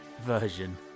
version